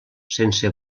sense